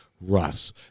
Russ